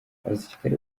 abasirikare